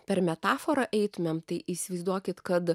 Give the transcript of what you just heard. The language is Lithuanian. per metaforą eitumėm tai įsivaizduokit kad